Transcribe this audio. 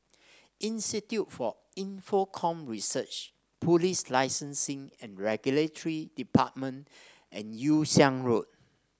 Institute for Infocomm Research Police Licensing and Regulatory Department and Yew Siang Road